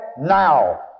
now